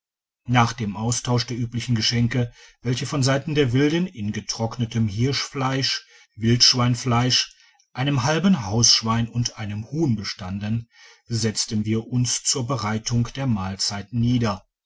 nach dem austausch der üblichen geschenke welche von seiten der wilden in getrocknetem hirschfleich wildschweinfleisch einem halben hausschwein und einem huhn bestanden setzten wir uns zur bereitung der mahlzeit nieder